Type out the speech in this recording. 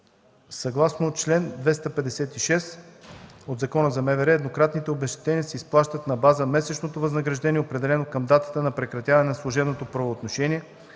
Съгласно чл. 256 от Закона за МВР еднократните обезщетения се изплащат на база месечното възнаграждение, определено към датата на прекратяване на служебното правоотношение,